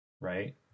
right